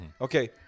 Okay